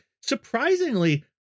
Surprisingly